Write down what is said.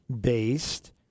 based